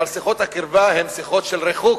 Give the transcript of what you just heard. אבל שיחות הקרבה הן שיחות של ריחוק,